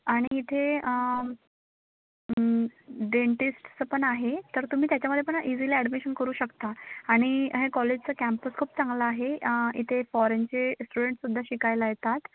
आणि इथे डेंटिस्टचं पण आहे तर तुम्ही त्याच्यामध्ये पण इझिली ॲडमिशन करू शकता आणि हे कॉलेजचा कॅम्पस खूप चांगला आहे इथे फॉरेनचे स्टुडंटसुद्धा शिकायला येतात